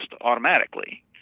automatically